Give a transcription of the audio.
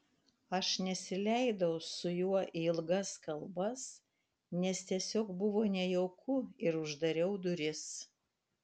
aš nesileidau su juo į ilgas kalbas nes tiesiog buvo nejauku ir uždariau duris